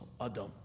Adam